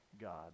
God